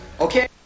Okay